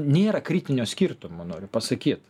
nėra kritinio skirtumo noriu pasakyt